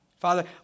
Father